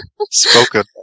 spoken